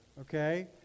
okay